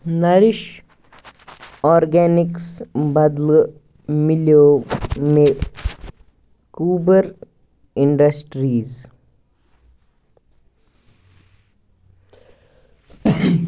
nourish Organics بدلہٕ مِلٮ۪و مےٚ کوٗبر اِنڈسٹریٖز